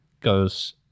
goes